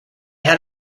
had